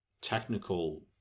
technical